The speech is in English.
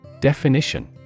Definition